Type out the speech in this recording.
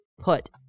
put